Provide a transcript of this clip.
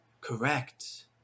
Correct